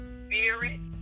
spirit